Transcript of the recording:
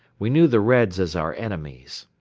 we knew the reds as our enemies.